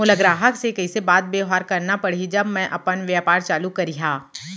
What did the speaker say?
मोला ग्राहक से कइसे बात बेवहार करना पड़ही जब मैं अपन व्यापार चालू करिहा?